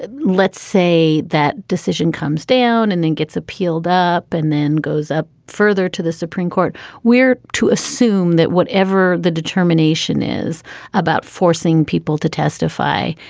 ah let's say that decision comes down and then gets appealed up and then goes up further to the supreme court where to assume that whatever the determination is about forcing people to testify.